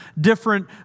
different